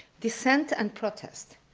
dissent and protest.